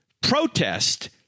protest